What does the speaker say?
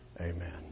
amen